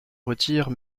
retire